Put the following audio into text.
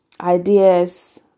ideas